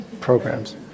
programs